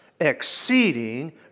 exceeding